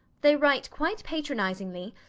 they write quite patronizingly,